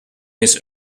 its